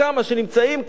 שנמצאים כאן,